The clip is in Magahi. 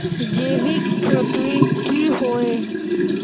जैविक खेती की होय?